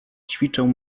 ćwiczę